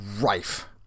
rife